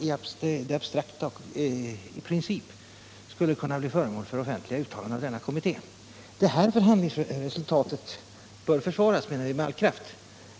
Det ingick även att dessa i princip skulle kunna bli föremål för offentliga uttalanden av kommittén. Vi menar att detta förhandlingsresultat bör försvaras med all kraft.